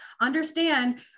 understand